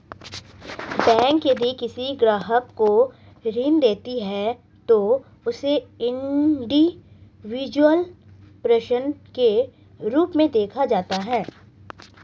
bank यदि किसी ग्राहक को ऋण देती है तो उसे इंडिविजुअल पर्सन के रूप में देखा जाता है